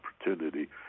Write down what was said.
opportunity